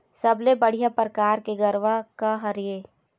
सबले बढ़िया परकार के गरवा का हर ये?